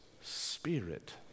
Spirit